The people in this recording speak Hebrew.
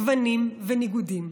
גוונים וניגודים.